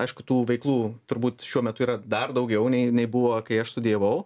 aišku tų veiklų turbūt šiuo metu yra dar daugiau nei nei buvo kai aš studijavau